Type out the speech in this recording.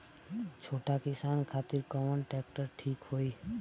छोट किसान खातिर कवन ट्रेक्टर ठीक होई?